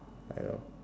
I know